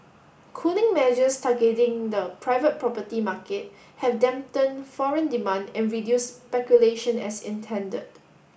cooling measures targeting the private property market have dampened foreign demand and reduce speculation as intended